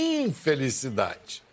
infelicidade